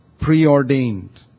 preordained